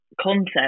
concept